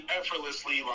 effortlessly